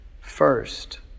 First